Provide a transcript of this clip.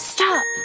Stop